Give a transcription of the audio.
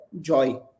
joy